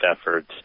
efforts